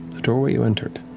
the doorway you entered,